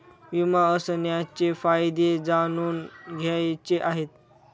विमा असण्याचे फायदे जाणून घ्यायचे आहे